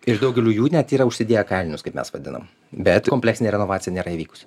ir daugeliu jų net yra užsidėję kailinius kaip mes vadinam bet kompleksinė renovacija nėra įvykusi